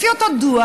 לפי אותו דוח